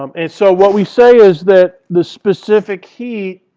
um and so what we say is that the specific heat,